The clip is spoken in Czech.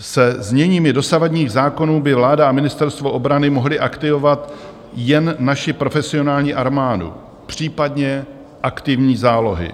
Se zněními dosavadních zákonů by vláda a ministerstvo obrany mohly aktivovat jen naši profesionální armádu, případně aktivní zálohy.